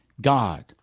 God